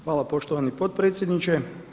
Hvala poštovani potpredsjedniče.